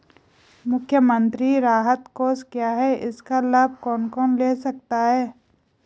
मुख्यमंत्री राहत कोष क्या है इसका लाभ कौन कौन ले सकता है?